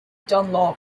dunlop